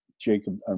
jacob